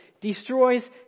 destroys